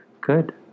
Good